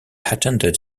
attended